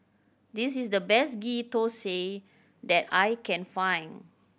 this is the best Ghee Thosai that I can find